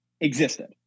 existed